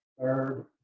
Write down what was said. third